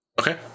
Okay